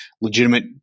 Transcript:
legitimate